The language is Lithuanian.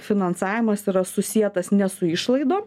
finansavimas yra susietas ne su išlaidom